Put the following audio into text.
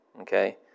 okay